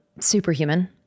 Superhuman